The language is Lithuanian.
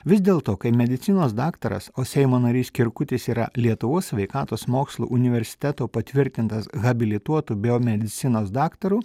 vis dėlto kai medicinos daktaras o seimo narys kirkutis yra lietuvos sveikatos mokslų universiteto patvirtintas habilituotu biomedicinos daktaru